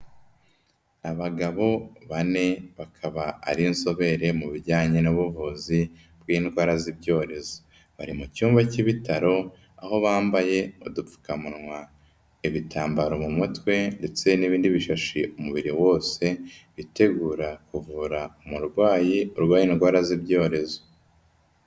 Abagabo bane, bakaba ari inzobere mu bijyanye n'ubuvuzi bw'indwara z'ibyorezo. Bari mu cyumba cy'ibitaro, aho bambaye udupfukamunwa, ibitambaro mu mutwe ndetse n'ibindi bishashi umubiri wose, bitegura kuvura umurwayi urwaye indwara z'ibyorezo.